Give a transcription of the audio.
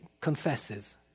confesses